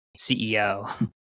CEO